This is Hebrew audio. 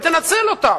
ותנצל אותם.